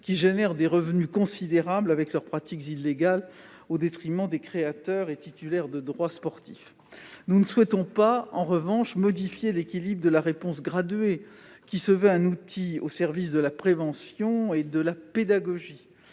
qui captent des revenus considérables avec leurs pratiques illégales au détriment des créateurs et titulaires de droits sportifs. Nous ne souhaitons pas, en revanche, modifier l'équilibre de la réponse graduée, qui se veut un outil au service de la prévention et de la pédagogie.